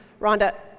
Rhonda